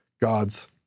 God's